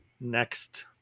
next